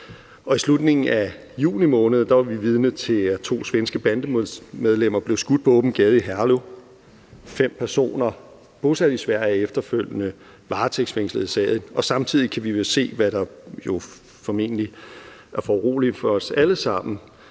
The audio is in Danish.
I slutningen af juni måned var vi vidne til, at to svenske bandemedlemmer blev skudt på åben gade i Herlev, og fem personer bosat i Sverige er efterfølgende blevet varetægtsfængslet i sagen. Samtidig kan vi jo – hvad der formentlig er foruroligende for os alle sammen